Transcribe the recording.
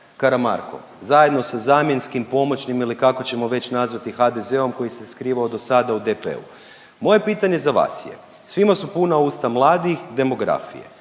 Karamarko zajedno sa zamjenskim pomoćnim ili kako ćemo već nazvati HDZ-om koji se je skrivao dosada u DP-u. Moje pitanje za vas je, svima su puna usta mladih, demografije.